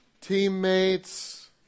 teammates